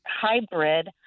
hybrid